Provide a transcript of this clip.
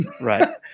right